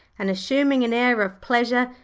and assuming an air of pleasure,